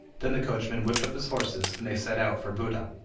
then the coachman whipped up his horses, and they set out for buda.